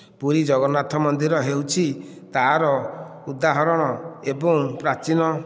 ପୁରୀ ଜଗନ୍ନାଥ ମନ୍ଦିର ହେଉଛି ତା'ର ଉଦାହରଣ ଏବଂ ପ୍ରାଚୀନ